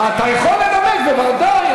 אתה יכול לנמק, בוודאי.